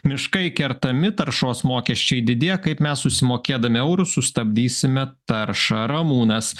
miškai kertami taršos mokesčiai didėja kaip mes susimokėdami eur sustabdysime taršą ramūnas